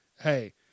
Hey